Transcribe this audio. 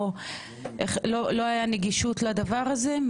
לא הייתה נגישות לדבר הזה?